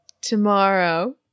tomorrow